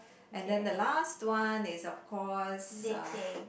and then the last one is of course uh